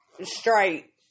straight